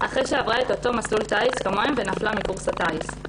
אחרי שעברה את אותו מסלול טיס כמוהם ונפלה מקורס הטיס.